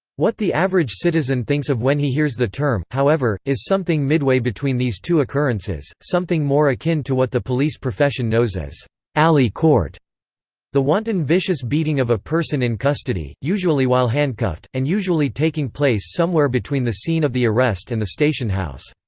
what the average citizen thinks of when he hears the term, however, is something midway between these two occurrences, something more akin to what the police profession knows as alley court the wanton vicious beating of a person in custody, usually while handcuffed, and usually taking place somewhere between the scene of the arrest and the station house.